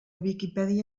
viquipèdia